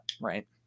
right